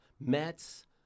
Mets